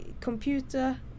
computer